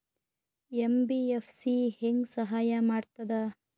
MBFC ಹೆಂಗ್ ಸಹಾಯ ಮಾಡ್ತದ?